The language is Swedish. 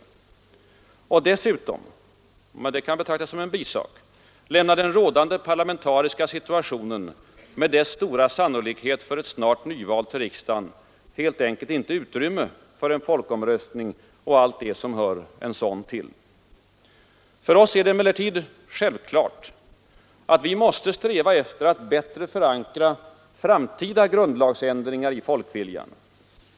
Dessutom — men det kan betraktas som en bisak — lämnar den rådande parlamentariska situationen, med dess stora sannolikhet för ett snart nyval till riksdagen, helt enkelt inte utrymme för en folkomröstning och allt det som hör en sådan till. För oss är det emellertid självklart att vi måste sträva efter att bättre förankra framtida grundlagsändringar i folkviljan.